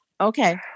Okay